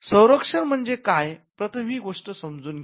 संरक्षण म्हणजे काय प्रथम ही गोष्ट समजून घ्या